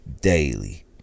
daily